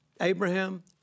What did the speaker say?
Abraham